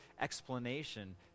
explanation